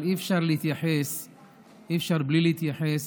אבל אי-אפשר בלי להתייחס